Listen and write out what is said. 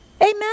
Amen